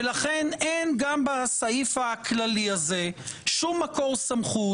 ולכן אין גם בסעיף הכללי הזה שום מקור סמכות.